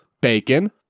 Bacon